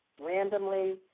randomly